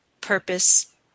purpose